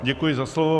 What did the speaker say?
Děkuji za slovo.